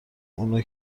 اونا